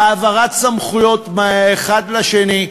העברת סמכויות מהאחד לשני.